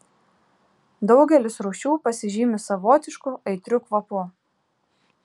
daugelis rūšių pasižymi savotišku aitriu kvapu